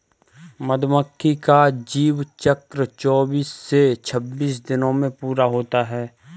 मधुमक्खी का जीवन चक्र चौबीस से छब्बीस दिनों में पूरा होता है